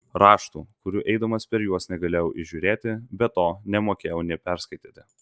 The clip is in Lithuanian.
raštų kurių eidamas per juos negalėjau įžiūrėti be to nemokėjau nė perskaityti